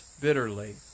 bitterly